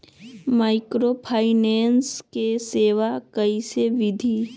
Microfinance के सेवा कइसे विधि?